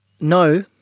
No